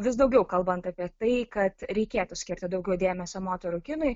vis daugiau kalbant apie tai kad reikėtų skirti daugiau dėmesio moterų kinui